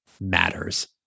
matters